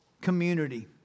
community